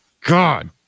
God